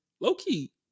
Low-key